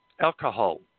alcohol